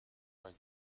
like